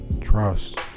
Trust